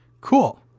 Cool